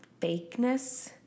fakeness